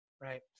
right